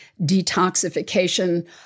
detoxification